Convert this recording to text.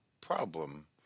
problem